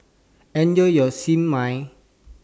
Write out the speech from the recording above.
Enjoy your Siew Mai